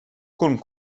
con